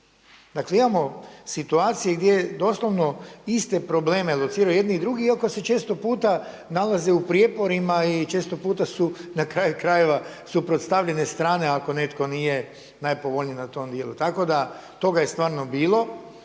Dakle imamo situacije gdje doslovno iste probleme lociraju i jedni i drugi iako se često puta nalaze u prijeporima i često puta su na kraju krajeva suprotstavljene strane ako netko nije najpovoljnije na tom dijelu. Tako da toga je stvarno bilo